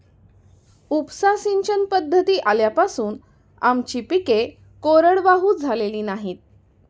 उपसा सिंचन पद्धती आल्यापासून आमची पिके कोरडवाहू झालेली नाहीत